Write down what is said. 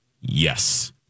yes